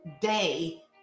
day